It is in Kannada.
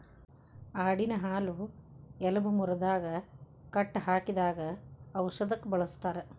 ಆಡಿನ ಹಾಲು ಎಲಬ ಮುರದಾಗ ಕಟ್ಟ ಹಾಕಿದಾಗ ಔಷದಕ್ಕ ಬಳಸ್ತಾರ